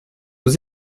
aux